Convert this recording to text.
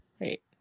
right